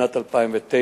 ובשנת 2009,